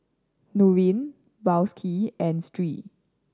Nurin Balqis and Sri